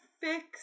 fix